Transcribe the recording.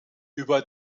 über